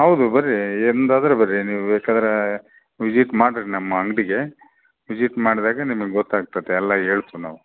ಹೌದು ಬನ್ರಿ ಎಂದಾದ್ರೂ ಬನ್ರಿ ನೀವು ಬೇಕಾದ್ರೆ ವಿಜಿಟ್ ಮಾಡಿರಿ ನಮ್ಮ ಅಂಗಡಿಗೆ ವಿಜಿಟ್ ಮಾಡಿದಾಗ ನಿಮಿಗೆ ಗೊತ್ತಾಗ್ತದೆ ಎಲ್ಲ ಹೇಳ್ತೀವ್ ನಾವು